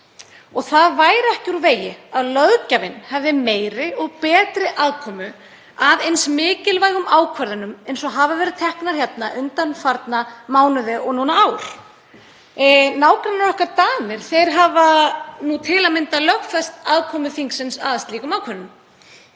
og það væri ekki úr vegi að löggjafinn hefði meiri og betri aðkomu að eins mikilvægum ákvörðunum og hafa verið teknar hérna undanfarna mánuði og ár. Nágrannar okkar, Danir, hafa til að mynda lögfest aðkomu þingsins að slíkum ákvörðunum.